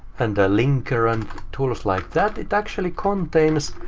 and a linker and tools like that, it actually contains